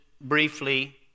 briefly